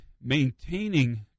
maintaining